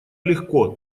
легко